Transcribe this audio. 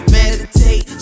Meditate